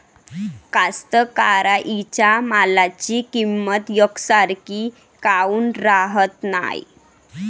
कास्तकाराइच्या मालाची किंमत यकसारखी काऊन राहत नाई?